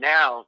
Now